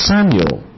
Samuel